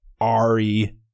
Ari